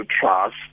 trust